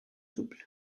double